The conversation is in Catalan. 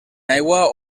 aigua